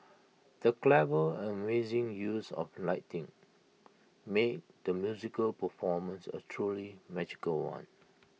the clever and amazing use of lighting made the musical performance A truly magical one